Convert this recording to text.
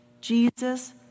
Jesus